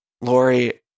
Lori